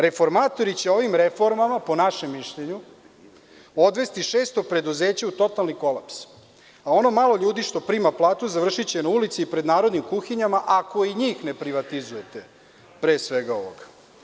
Reformatori će ovim reformama, po našem mišljenju, odvesti 600 preduzeća u totalni kolaps, a ono malo ljudi što prima platu, završiće na ulici i pred narodnim kuhinjama ako i njih ne privatizujete, pre svega ovoga.